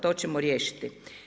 To ćemo riješiti.